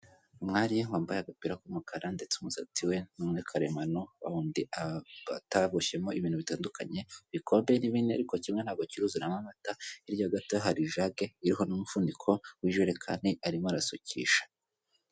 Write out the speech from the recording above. Umwari wambaye agapira k'umukara ndetse umusatsi we ni umwe karemano, wa wundi bataboshyemo ibintu bitandukanye, ibikombe ni bine ariko kimwe ntabwo kiruzuramo amata, hirya gatoya hari ijage iriho n'umuvuniko w'ijerekani, arimo arasukisha.